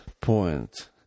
point